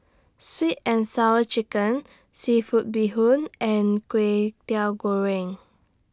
Sweet and Sour Chicken Seafood Bee Hoon and Kway Teow Goreng